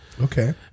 okay